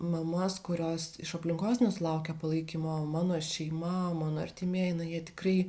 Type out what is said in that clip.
mamas kurios iš aplinkos nesulaukia palaikymo mano šeima mano artimieji na jie tikrai